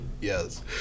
Yes